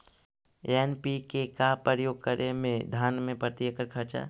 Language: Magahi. एन.पी.के का प्रयोग करे मे धान मे प्रती एकड़ खर्चा?